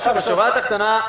בשורה התחתונה,